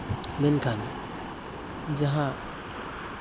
ᱢᱮᱱᱠᱷᱟᱱ ᱡᱟᱦᱟᱸ